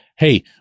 Hey